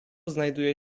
znajduje